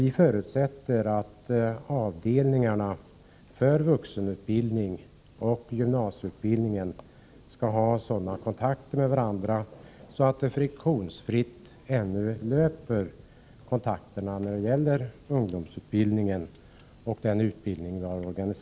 Vi förutsätter att avdelningarna för vuxenutbildning och gymnasieutbildning har sådana kontakter med varandra att arbetet kan löpa friktionsfritt.